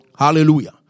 Hallelujah